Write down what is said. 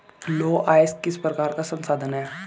लौह अयस्क किस प्रकार का संसाधन है?